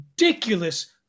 ridiculous